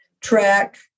track